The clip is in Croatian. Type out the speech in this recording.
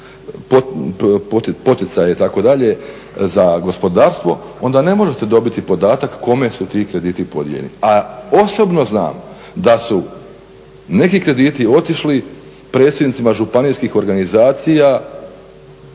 poticaje, itd. za gospodarstvo, onda ne možete dobiti podatak kome su ti krediti podijeljeni. A osobno znam da su neki krediti otišli predsjednicima županijskim organizacija